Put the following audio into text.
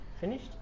finished